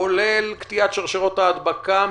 כולל קטיעת שרשראות ההדבקה,